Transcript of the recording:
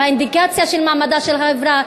והאינדיקציה למעמדה של החברה,